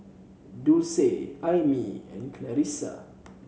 Dulce Aimee and Clarisa